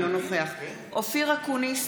אינו נוכח אופיר אקוניס,